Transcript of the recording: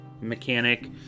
mechanic